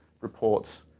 reports